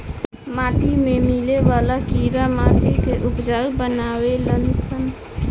माटी में मिले वाला कीड़ा माटी के उपजाऊ बानावे लन सन